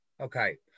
Okay